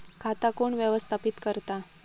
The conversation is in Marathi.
खाता कोण व्यवस्थापित करता?